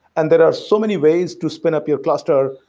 and there are so many ways to spin up your cluster.